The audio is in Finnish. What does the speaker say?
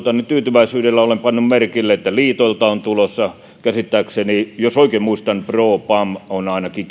tyytyväisyydellä olen pannut merkille että liitoilta on tulossa käsittääkseni jos oikein muistan pro ja pam ovat ainakin